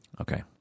Okay